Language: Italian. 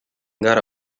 gara